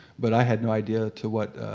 but i had no idea to what.